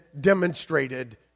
demonstrated